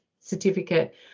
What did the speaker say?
certificate